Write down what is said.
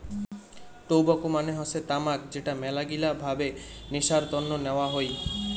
tobacco মানে হসে তামাক যেটা মেলাগিলা ভাবে নেশার তন্ন নেওয়া হই